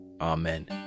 Amen